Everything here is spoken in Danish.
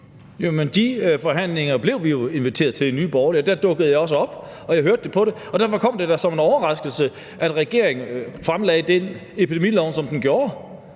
De forhandlinger blev vi jo inviteret til i Nye Borgerlige, og der dukkede jeg også op, og jeg hørte da på det. Derfor kom det da som en overraskelse, at regeringen fremlagde det udkast til epidemilov, som den gjorde.